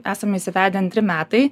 esam įsivedę antri metai